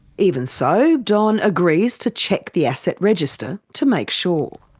even so, don agrees to check the asset register to make sure.